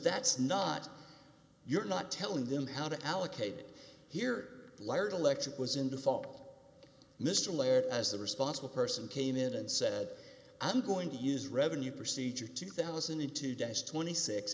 that's not you're not telling them how to allocate it here liar the electric was in default mr laird as the responsible person came in and said i'm going to use revenue procedure two thousand and two days twenty six